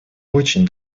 очень